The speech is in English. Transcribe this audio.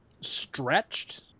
stretched